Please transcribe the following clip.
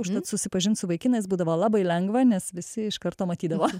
užtat susipažint su vaikinais būdavo labai lengva nes visi iš karto matydavo